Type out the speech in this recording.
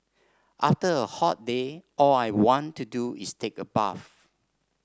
after a hot day all I want to do is take a bath